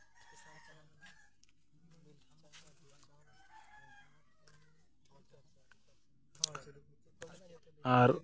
ᱟᱨ